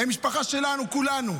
הם המשפחה שלנו כולנו.